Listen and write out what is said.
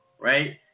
right